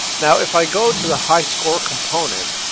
now if i go to the high score component,